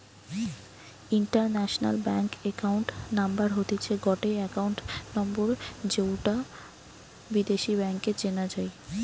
international bank account number হতিছে গটে account number যৌটা বিদেশী ব্যাংকে চেনা যাই